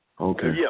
Okay